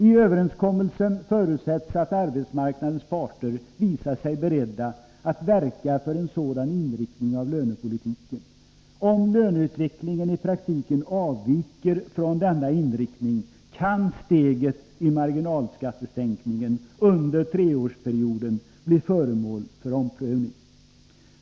I överenskommelsen förutsätts att arbetsmarknadens parter visar sig beredda att verka för en sådan inriktning av lönepolitiken. Om löneutvecklingen i praktiken avviker från denna inriktning kan steget i marginalskattesänkningen under treårsperioden bli föremål för omprövning.